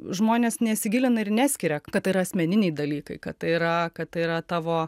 žmonės nesigilina ir neskiria kad tai yra asmeniniai dalykai kad tai yra kad tai yra tavo